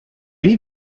need